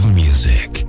music